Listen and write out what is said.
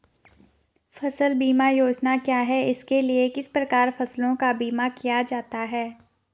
फ़सल बीमा योजना क्या है इसके लिए किस प्रकार फसलों का बीमा किया जाता है?